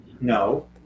No